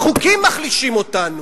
החוקים מחלישים אותנו.